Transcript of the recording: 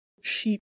sheep